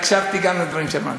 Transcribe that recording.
הקשבתי גם לדברים שאמרת.